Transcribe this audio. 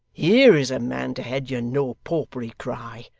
here is a man to head your no-popery cry!